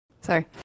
Sorry